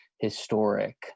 historic